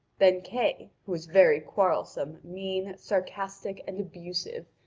then kay, who was very quarrelsome, mean, sarcastic, and abusive,